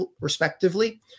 respectively